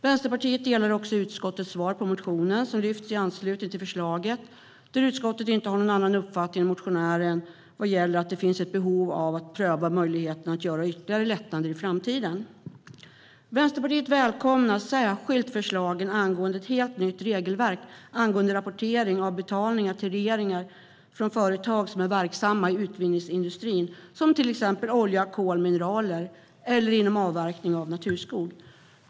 Vänsterpartiet instämmer också i utskottets svar på den motion som lyfts i anslutning till förslaget, där utskottet inte har någon annan uppfattning än motionärerna vad gäller att det finns ett behov av att pröva möjligheterna att göra ytterligare lättnader i framtiden. Vänsterpartiet välkomnar särskilt förslagen om ett helt nytt regelverk angående rapportering av betalningar till regeringar från företag som är verksamma i utvinningsindustrin, till exempel när det gäller olja, kol och mineraler, eller inom avverkning av naturskog.